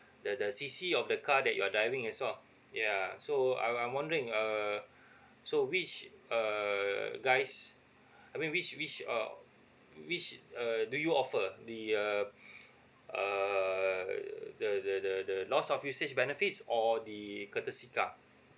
the the C_C of the car that you are driving as well yeah so I I'm wondering uh so which err guys I mean which which uh which uh do you offer the um err the the the the loss of usage benefits or the courtesy car